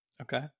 Okay